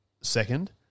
second